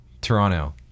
Toronto